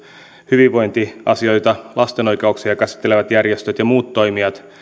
hyvinvointiasioita ja lasten oikeuksia käsittelevät järjestöt ja muut toimijat